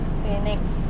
okay next